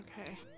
Okay